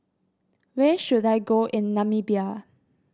where should I go in Namibia